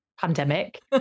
pandemic